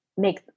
Make